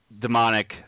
demonic